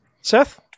Seth